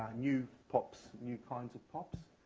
new pops, new kinds of pops.